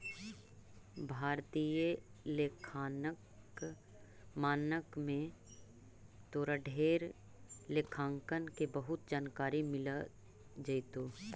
भारतीय लेखांकन मानक में तोरा ढेर लेखांकन के बहुत जानकारी मिल जाएतो